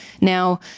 Now